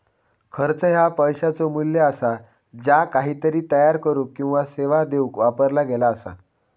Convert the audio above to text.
खर्च ह्या पैशाचो मू्ल्य असा ज्या काहीतरी तयार करुक किंवा सेवा देऊक वापरला गेला असा